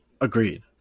Agreed